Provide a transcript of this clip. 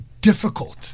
Difficult